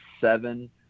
seven